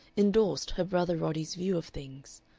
indorsed her brother roddy's view of things.